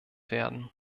werden